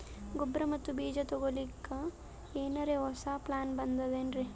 ಗೊಬ್ಬರ ಮತ್ತ ಬೀಜ ತೊಗೊಲಿಕ್ಕ ಎನರೆ ಹೊಸಾ ಪ್ಲಾನ ಬಂದಾವೆನ್ರಿ?